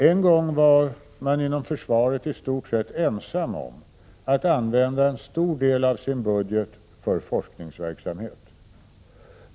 Tidigare var försvaret i stort sett ensamt om att använda en stor del av sin budget för forskningsverksamhet.